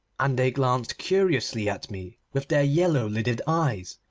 and they glanced curiously at me with their yellow-lidded eyes.